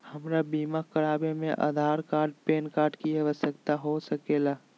हमरा बीमा कराने में आधार कार्ड पैन कार्ड की आवश्यकता हो सके ला?